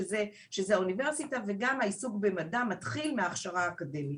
שזה האוניברסיטה וגם העיסוק במדע מתחיל מההכשרה האקדמית.